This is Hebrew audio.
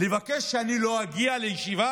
לבקש שאני לא אגיע לישיבה?